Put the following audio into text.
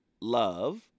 love